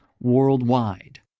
worldwide